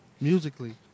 musically